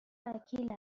وکیل